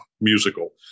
musical